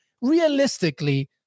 realistically